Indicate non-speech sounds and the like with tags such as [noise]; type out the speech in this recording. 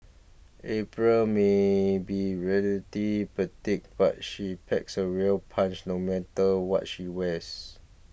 April may be really [unintelligible] petite but she packs a real punch no matter what she wears